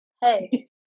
hey